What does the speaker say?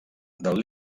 del